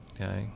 Okay